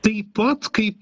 taip pat kaip